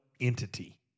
entity